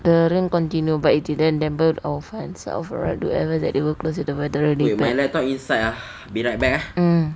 the rain continue but it didn't damper our fun overall do advise that they will close if the weather really bad